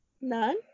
None